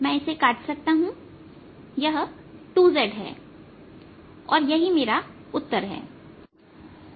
मैं इसे इससे काट सकता हूं और यह 2z है और यही मेरा उत्तर है